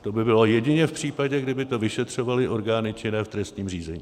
To by bylo jedině v případě, kdyby to vyšetřovaly orgány činné v trestním řízení.